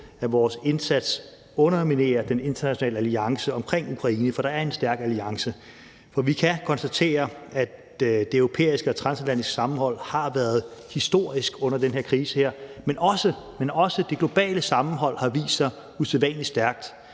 at vores indsats underminerer den internationale alliance omkring Ukraine, for der er en stærk alliance. Vi kan konstatere, at det europæiske og transatlantiske sammenhold har været historisk under den her krise, men også det globale sammenhold har vist sig usædvanlig stærkt.